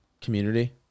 community